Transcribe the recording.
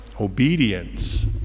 Obedience